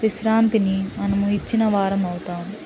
విశ్రాంతిని మనము ఇచ్చిన వారం అవుతాం